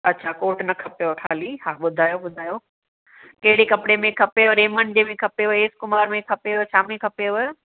अच्छा कोट न खपेव खाली हा ॿुधायो ॿुधायो कहिड़े कपिड़े में खपेव रेमण्ड में खपेव एस कुमार में खपेव छामें खपेव